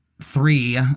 Three